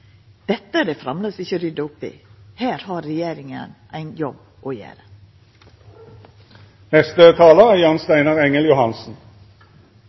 dette inn. Dette er det framleis ikkje rydda opp i. Her har regjeringa ein jobb å gjera. Når man ser at regelendringer treffer uønsket, er